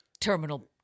terminal